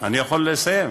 אני יכול לסיים?